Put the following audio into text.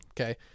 okay